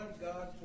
God